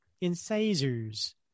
incisors